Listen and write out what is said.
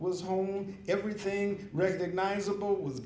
was home everything recognizable with the